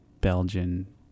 Belgian